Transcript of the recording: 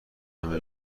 همه